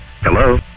Hello